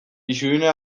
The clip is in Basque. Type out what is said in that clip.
isilune